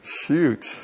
Shoot